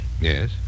Yes